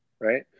right